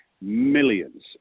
millions